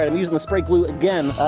i'm using the spray glue again,